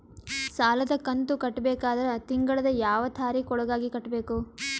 ಸಾಲದ ಕಂತು ಕಟ್ಟಬೇಕಾದರ ತಿಂಗಳದ ಯಾವ ತಾರೀಖ ಒಳಗಾಗಿ ಕಟ್ಟಬೇಕು?